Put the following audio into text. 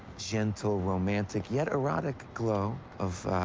gentle, romantic yet erotic glow of,